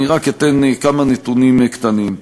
אני אתן רק כמה נתונים קטנים: